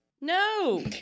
No